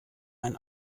ein